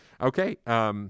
Okay